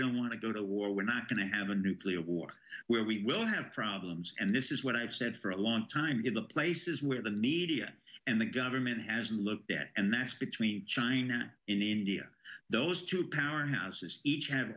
don't want to go to war we're not going to have a nuclear war where we will have problems and this is what i've said for a long time in the places where the needy and the government has looked at and that's between china and india those two powerhouses each have